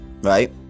right